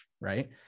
right